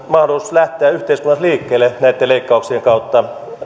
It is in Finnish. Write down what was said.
mahdollisuus lähteä yhteiskunnassa liikkeelle näitten leikkauksien kautta